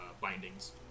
bindings